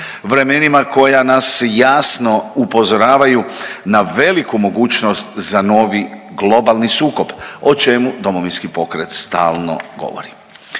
vremenima koja nas jasno upozoravaju na veliku mogućnost za novi globalni sukob, o čemu Domovinski pokret stalno govori.